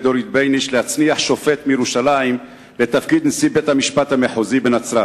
דורית בייניש להצניח שופט מירושלים לתפקיד נשיא בית-המשפט המחוזי בנצרת.